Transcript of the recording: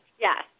Yes